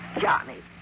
Johnny